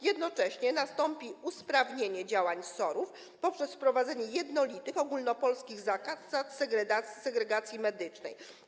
Jednocześnie nastąpi usprawnienie działań SOR-ów poprzez wprowadzenie jednolitych ogólnopolskich zasad segregacji medycznej.